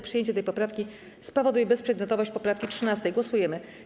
Przyjęcie tej poprawki spowoduje bezprzedmiotowość poprawki 13. Głosujemy.